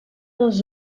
les